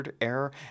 Error